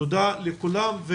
תודה לכולם.